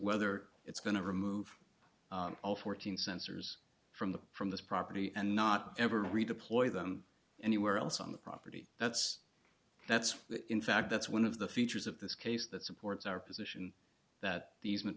whether it's going to remove all fourteen sensors from the prom this property and not ever redeploy them anywhere else on the property that's that's in fact that's one of the features of this case that supports our position that these me